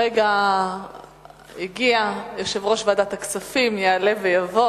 הרגע הגיע, יעלה ויבוא